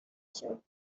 shocked